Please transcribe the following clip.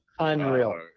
Unreal